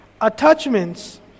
attachments